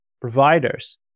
providers